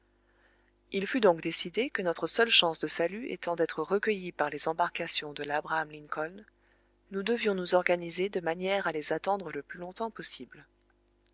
il fut donc décidé que notre seule chance de salut étant d'être recueillis par les embarcations de labraham lincoln nous devions nous organiser de manière a les attendre le plus longtemps possible